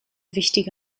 wichtige